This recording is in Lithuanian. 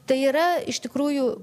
tai yra iš tikrųjų